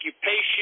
occupation